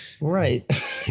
right